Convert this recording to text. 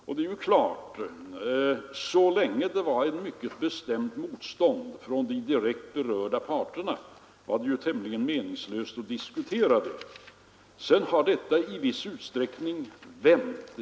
Och det är ju klart att så länge det förekom ett nytt bestämt motstånd från de direkt berörda parterna var det tämligen meningslöst att diskutera detta. Sedan har det i viss mån vänt.